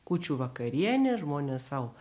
kūčių vakarienė žmonės sau